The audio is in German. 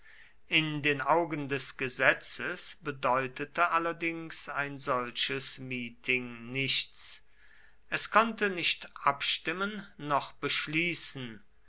in den augen des gesetzes bedeutete allerdings ein solches meeting nichts es konnte nicht abstimmen noch beschließen